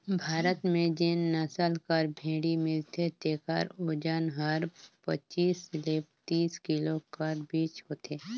भारत में जेन नसल कर भेंड़ी मिलथे तेकर ओजन हर पचीस ले तीस किलो कर बीच होथे